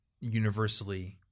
universally